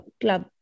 club